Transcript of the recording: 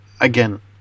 again